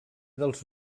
dels